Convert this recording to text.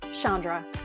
Chandra